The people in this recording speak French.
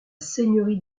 seigneurie